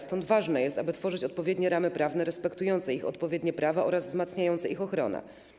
Stąd ważne jest, aby tworzyć odpowiednie ramy prawne respektujące ich odpowiednie prawa oraz wzmacniające ich ochronę.